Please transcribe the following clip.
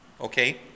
okay